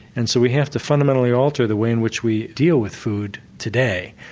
and so we have to fundamentally alter the way in which we deal with food today.